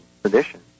tradition